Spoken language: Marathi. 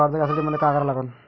कर्ज घ्यासाठी मले का करा लागन?